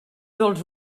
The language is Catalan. dels